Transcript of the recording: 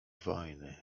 wojny